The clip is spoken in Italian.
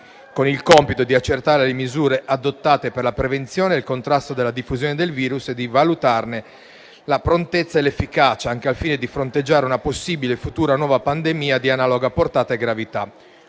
con il compito di accertare le misure adottate per la prevenzione e il contrasto della diffusione del virus e di valutarne la prontezza e l'efficacia, anche al fine di fronteggiare una possibile futura nuova pandemia di analoga portata e gravità.